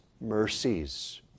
mercies